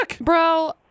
Bro